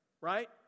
right